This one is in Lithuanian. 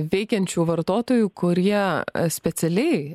veikiančių vartotojų kurie specialiai